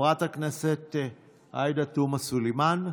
חברת הכנסת עאידה תומא סלימאן,